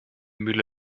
mühle